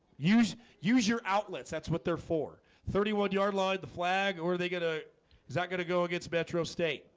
use use your outlets. that's what they're for thirty one yard line the flag or are they gonna ah is that gonna go against petro state?